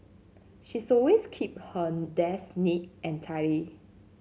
she's always keep her desk neat and tidy